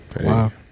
Wow